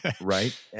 right